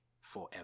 forever